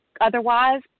Otherwise